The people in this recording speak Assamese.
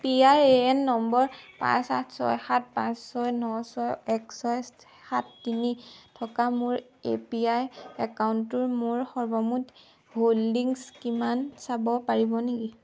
পি আৰ এ এন নম্বৰ পাঁচ আঠ ছয় সাত পাঁচ ছয় ন ছয় এক ছয় সাত তিনি থকা মোৰ এ পি আই একাউণ্টটোৰ মোৰ সৰ্বমুঠ হোল্ডিংছ কিমান চাব পাৰিব নেকি